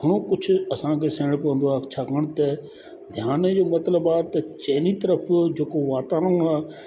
घणो कुझु असांखे सहणो पवंदो आहे छाकाणि त ध्यान जो मतिलबु आहे त चइनी तरफ़ि जेको वातावरण आ